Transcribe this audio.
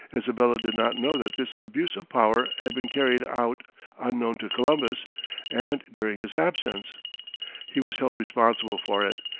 isabella did not know that this abuse of power had been carried out unknown to columbus and during his absence he was held responsible for it,